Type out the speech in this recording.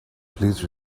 please